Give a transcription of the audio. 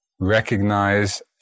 recognize